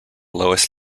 lowest